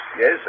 Yes